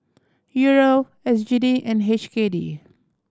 Euro S G D and H K D